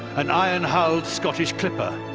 an iron-hulled scottish clipper.